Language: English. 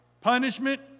punishment